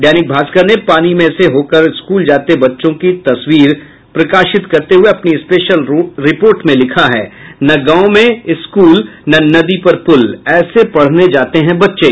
दैनिक भास्कर ने पानी में से होकर स्कूल जाते बच्चों की तस्वीर देते हुये अपनी स्पेशल रिपोर्ट में लिखा है न गांव में स्कूल न नदी पर पुल ऐसे पढ़ने जाते हैं बच्चे